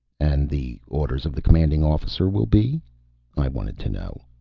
and the orders of the commanding officer will be i wanted to know.